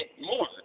more